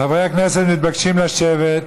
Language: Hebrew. חברי הכנסת מתבקשים לשבת.